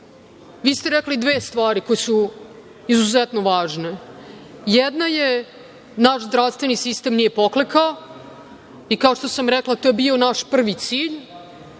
vi ste rekli dve stvari koje su izuzetno važne. Jedna je naš zdravstveni sistem nije poklekao i kao što sam rekla, to je bio naš prvi cilj,